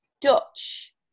Dutch